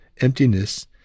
emptiness